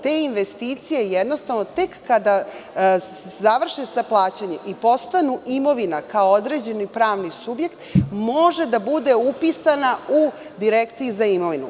Ta investicija jednostavno tek kada se završi plaćanje i postanu imovina, kao određeni pravni subjekt, može da bude upisana u Direkciji za imovinu.